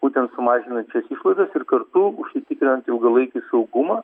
būtent sumažinus šias išlaidas ir kartu užsitikrinant ilgalaikį saugumą